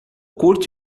curto